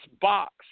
box